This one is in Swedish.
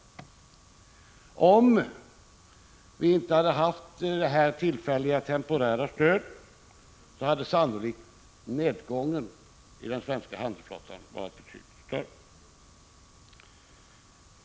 Om vi inte hade haft det temporära stödet, hade sannolikt nedgången i den svenska handelsflottan varit betydligt större.